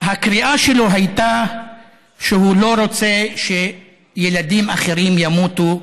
הקריאה שלו הייתה שהוא לא רוצה שילדים אחרים ימותו,